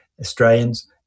Australians